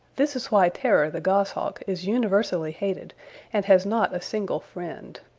this is why terror the goshawk is universally hated and has not a single friend.